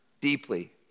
deeply